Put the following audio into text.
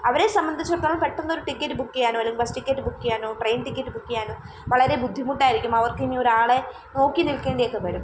അവരെ സംബന്ധിച്ചിടത്തോളം പെട്ടെന്നൊരു ടിക്കറ്റ് ബുക്ക് ചെയ്യാനോ അല്ലെങ്കിൽ ബസ്സ് ടിക്കറ്റ് ബുക്ക് ചെയ്യാനോ ട്രെയിൻ ടിക്കറ്റ് ബുക്ക് ചെയ്യാനോ വളരെ ബുദ്ധിമുട്ടായിരിക്കും അവർക്കിനി ഒരാളെ നോക്കിനിൽക്കേണ്ടിയൊക്കെ വരും